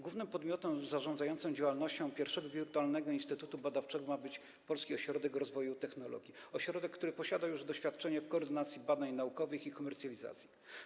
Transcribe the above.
Głównym podmiotem zarządzającym działalnością pierwszego wirtualnego instytutu badawczego ma być Polski Ośrodek Rozwoju Technologii, ośrodek, który posiada już doświadczenie w koordynacji badań naukowych i ich komercjalizacji.